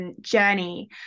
journey